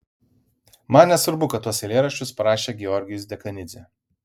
man nesvarbu kad tuos eilėraščius parašė georgijus dekanidzė